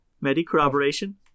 Medi-corroboration